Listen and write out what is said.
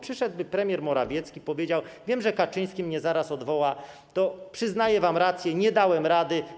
Przyszedłby premier Morawiecki i powiedział: Wiem, że Kaczyński mnie zaraz odwoła, ale przyznaję wam rację, nie dałem rady.